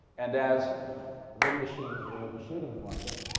and as big machines were overshooting the market,